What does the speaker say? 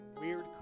weird